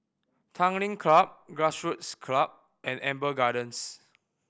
Tanglin Club Grassroots Club and Amber Gardens